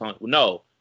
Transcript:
no